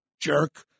jerk